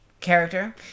character